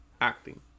acting